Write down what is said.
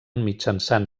mitjançant